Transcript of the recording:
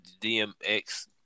DMX